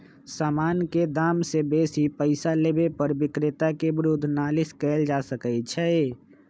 समान के दाम से बेशी पइसा लेबे पर विक्रेता के विरुद्ध नालिश कएल जा सकइ छइ